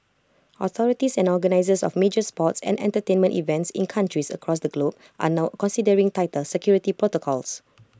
authorities and organisers of major sports and entertainment events in countries across the globe are now considering tighter security protocols